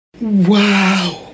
Wow